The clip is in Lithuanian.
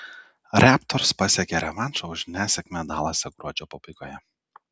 raptors pasiekė revanšą už nesėkmę dalase gruodžio pabaigoje